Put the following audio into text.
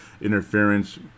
interference